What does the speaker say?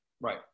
Right